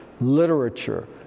literature